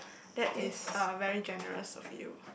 that is uh very generous of you